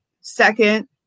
Second